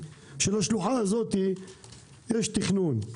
שלשלוחה הזאת יש תכנון.